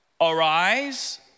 Arise